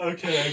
Okay